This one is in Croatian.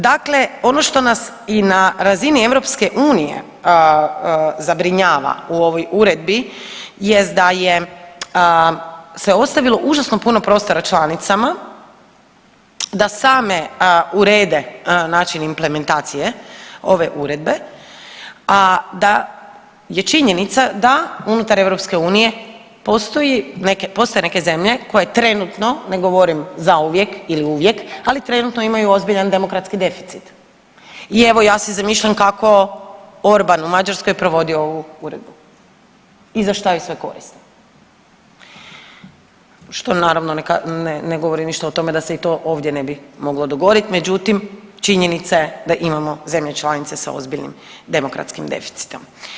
Dakle, ono što nas i na razini EU zabrinjava u ovoj uredbi jest da je, se je ostavilo užasno puno prostora članicama da same urede način implementacije ove uredbe, a da je činjenica da unutar EU postoje neke zemlje koje trenutno, ne govorim zauvijek ili uvijek, ali trenutno imaju ozbiljan demografski deficit i evo ja si zamišljam kako Orban u Mađarskoj provodi ovu uredbu i za šta ju sve koristi, što naravno ne govori ništa o tome da se i to ovdje ne bi moglo dogodit, međutim činjenica je da imamo zemlje članice sa ozbiljnim demokratskim deficitom.